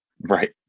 Right